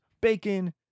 bacon